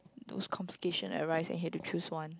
those complication that arise and you had to choose one